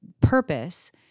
purpose